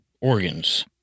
organs